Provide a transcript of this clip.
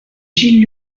gilles